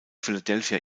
philadelphia